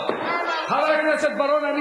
חבר הכנסת בר-און.